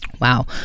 Wow